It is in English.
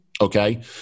Okay